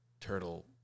turtle